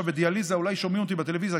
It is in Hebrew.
בדיאליזה ואולי שומעים אותי בטלוויזיה,